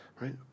right